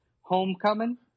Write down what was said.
Homecoming